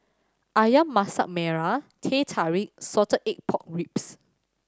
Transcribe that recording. Ayam Masak Merah Teh Tarik Salted Egg Pork Ribs